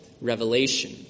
revelation